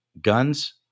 guns